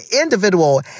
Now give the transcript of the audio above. individual